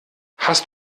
hast